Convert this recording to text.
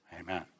Amen